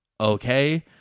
Okay